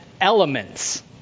elements